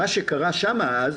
מה שקרה שם אז,